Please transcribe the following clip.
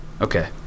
Okay